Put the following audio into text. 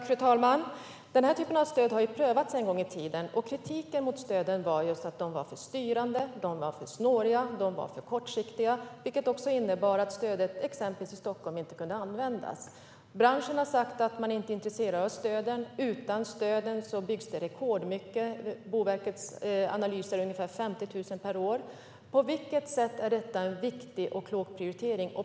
Fru talman! Den här typen av stöd har prövats en gång i tiden. Kritiken var att stöden var för styrande, snåriga och kortsiktiga, vilket innebar att de inte kunde användas i exempelvis Stockholm. Branschen har sagt att man inte är intresserad av stöden, och utan stöden byggs det rekordmycket - enligt Boverkets analys är det ungefär 50 000 per år. På vilket sätt är detta en viktig och klok prioritering?